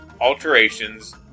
alterations